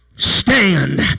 Stand